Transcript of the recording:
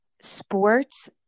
sports